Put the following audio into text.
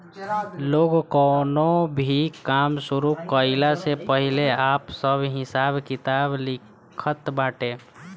लोग कवनो भी काम शुरू कईला से पहिले आपन सब हिसाब किताब लिखत बाटे